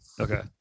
okay